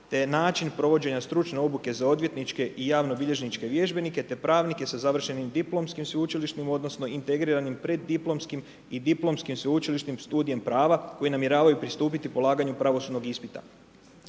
te način provođenja stručne obuke za odvjetničke i javno bilježničke vježbenike, te pravnike sa završenim diplomskim sveučilišnim, odnosno, integriranim preddiplomskim i diplomskim sveučilišnim studijem prava, koji namjeravaju pristupiti polaganju pravosudnog ispita.